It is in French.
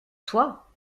toi